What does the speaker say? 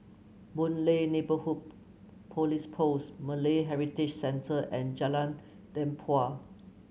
Boon Lay Neighbourhood Police Post Malay Heritage Centre and Jalan Tempua